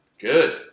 good